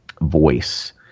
voice